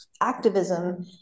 activism